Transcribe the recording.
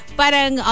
parang